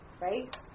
right